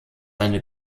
eine